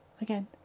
again